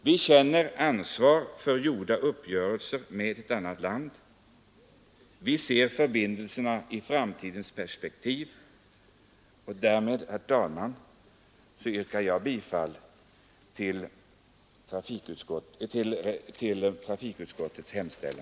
Vi känner ansvar för gjorda uppgörelser med ett annat land. Vi ser förberedelserna i ett framtidsperspektiv. Därmed yrkar jag, herr talman, bifall till vad utskottet hemställt.